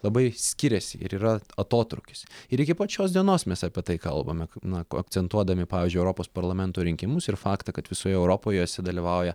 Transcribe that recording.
labai skiriasi ir yra atotrūkis ir iki pat šios dienos mes apie tai kalbame na akcentuodami pavyzdžiui europos parlamento rinkimus ir faktą kad visoje europoje juose dalyvauja